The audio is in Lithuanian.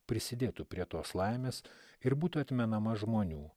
prisidėtų prie tos laimės ir būtų atmenama žmonių